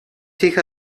hija